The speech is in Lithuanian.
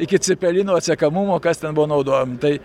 iki cepelinų atsekamumo kas ten buvo naudojama tai